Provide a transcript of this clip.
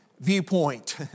viewpoint